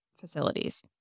facilities